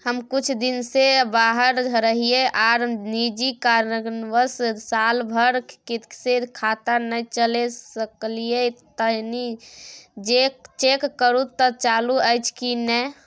हम कुछ दिन से बाहर रहिये आर निजी कारणवश साल भर से खाता नय चले सकलियै तनि चेक करू त चालू अछि कि नय?